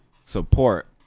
support